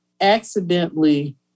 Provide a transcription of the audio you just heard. accidentally